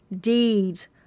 deeds